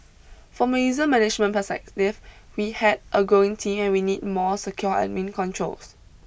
from a user management perspective we had a growing team and we needed more secure admin controls